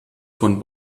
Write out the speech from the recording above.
von